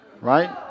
Right